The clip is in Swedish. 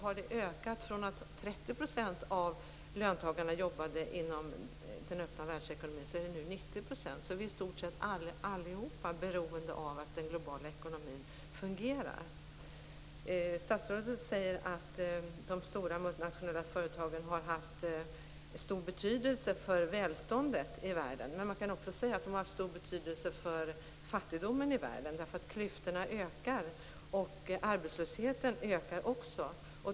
Tidigare jobbade 30 % av löntagarna inom den öppna världsekonomin, och nu är det 90 %. Vi är i stort sett allihop beroende av att den globala ekonomin fungerar. Statsrådet säger att de stora multinationella företagen har haft stor betydelse för välståndet i världen. Men man kan också säga att de har haft stor betydelse för fattigdomen i världen, därför att klyftorna ökar. Arbetslösheten ökar också.